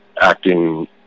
acting